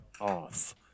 off